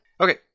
Okay